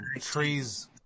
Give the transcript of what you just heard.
trees